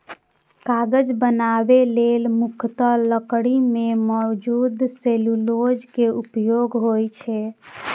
कागज बनबै लेल मुख्यतः लकड़ी मे मौजूद सेलुलोज के उपयोग होइ छै